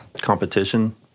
competition